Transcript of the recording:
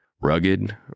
Rugged